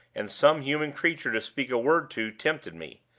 and some human creature to speak a word to, tempted me,